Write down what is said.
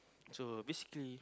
so basically